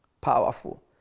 Powerful